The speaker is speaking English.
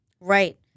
Right